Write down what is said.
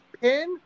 pin